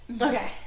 Okay